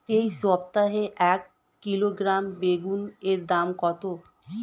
এই সপ্তাহে এক কিলোগ্রাম বেগুন এর দাম কত?